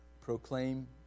proclaim